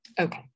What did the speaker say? Okay